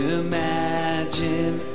imagine